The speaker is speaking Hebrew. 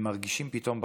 הם מרגישים פתאום בחוץ.